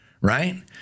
Right